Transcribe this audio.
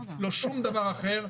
לא שום דבר אחר,